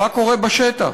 מה קורה בשטח.